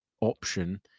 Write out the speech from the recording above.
option